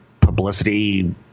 publicity